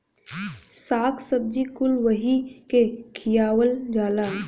शाक सब्जी कुल वही के खियावल जाला